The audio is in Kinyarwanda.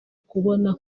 kubona